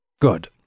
Good